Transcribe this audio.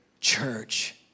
church